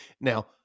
now